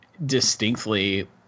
distinctly